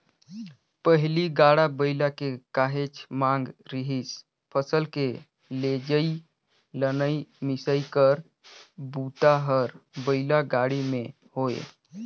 पहिली गाड़ा बइला के काहेच मांग रिहिस फसल के लेजइ, लनइ, मिसई कर बूता हर बइला गाड़ी में होये